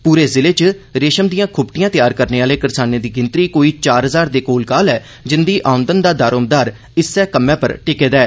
पूरे जिले च रेषम दियां खुबटियां तैयार करने आले करसानें दी गिनतशी कोई चार हजार दे कोलकाल ऐ जिन्दी आमदन दा दारोमदार इस्सै कम्मै पर टिके दा ऐ